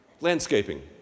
landscaping